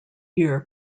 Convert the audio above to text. year